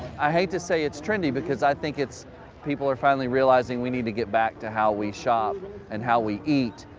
i hate to say it's trendy, because i think it's people are finally realizing we need to get back to how we shop and how we eat.